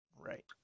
right